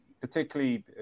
particularly